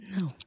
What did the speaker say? No